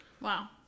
Wow